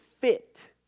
fit